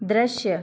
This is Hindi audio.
दृश्य